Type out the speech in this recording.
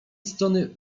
strony